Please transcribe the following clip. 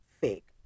fake